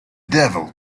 devil